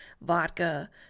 vodka